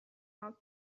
out